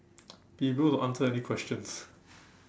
be able to answer any questions